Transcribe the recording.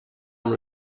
amb